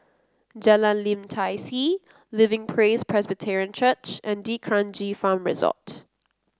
Jalan Lim Tai See Living Praise Presbyterian Church and D'Kranji Farm Resort